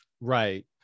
Right